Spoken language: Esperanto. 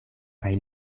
kaj